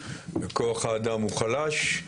וכוח האדם הוא חלש,